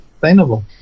sustainable